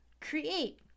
Create